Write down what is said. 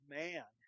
man